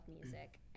music